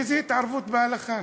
איזו התערבות בהלכה?